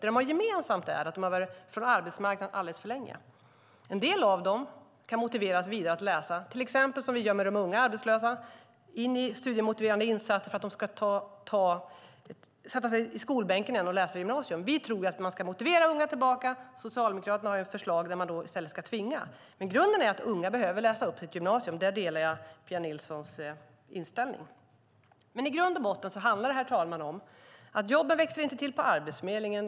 Det de har gemensamt är att de har varit ifrån arbetsmarknaden alldeles för länge. En del av dem kan motiveras att läsa vidare, som vi till exempel gör med de unga arbetslösa. Det är studiemotiverande insatser för att de ska sätta sig i skolbänken igen och läsa klart gymnasiet. Vi tror att man ska motivera unga tillbaka. Socialdemokraterna har förslag om att man i stället ska tvinga dem. Men grunden är att unga behöver läsa klart gymnasiet. Där delar jag Pia Nilssons inställning. I grund och botten handlar detta, herr talman, om att jobben inte växer till på Arbetsförmedlingen.